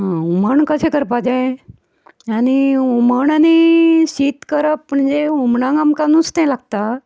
आं हुमण कशें करपाचें आनी हुमण आनी शीत करप म्हणजे हुमणान आमकां नुस्तें लागता